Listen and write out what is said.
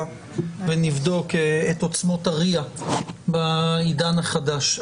ונבדוק את עוצמות ה-ריאה בעידן החדש.